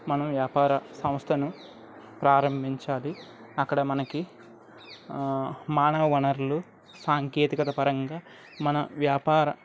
మనం వ్యాపార సంస్థను ప్రారంభించాలి అక్కడ మనకు మానవ వనరులు సాంకేతికత పరంగా మన వ్యాపార